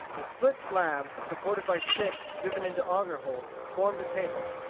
a split slab supported by sticks driven into auger-holes, formed a table.